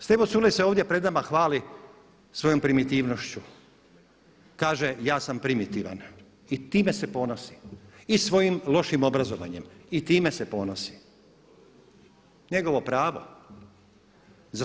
Stevo Culej se ovdje pred nama hvali svojom primitivnošću, kaže ja sam primitivan i time se ponosi i svojim lošim obrazovanjem i time se ponosi, njegovo pravo.